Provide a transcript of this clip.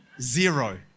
Zero